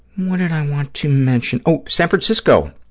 what did i want to mention? oh, san francisco,